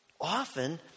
often